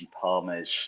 Palmer's